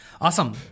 Awesome